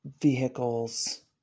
vehicles